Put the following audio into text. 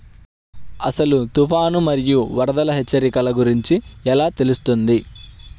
అసలు తుఫాను మరియు వరదల హెచ్చరికల గురించి ఎలా తెలుస్తుంది?